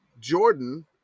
Jordan